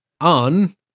on